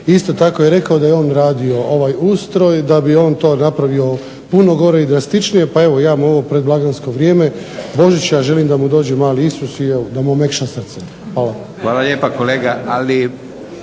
Isto tako je rekao da je on radio ovaj ustroj da bi on to napravio puno gore i drastičnije, pa evo ja mu u ovo predblagdansko vrijeme Božića želim da mu dođe mali Isus i evo da mu omekša srce. **Leko, Josip (SDP)** Hvala lijepa kolega,